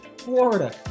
Florida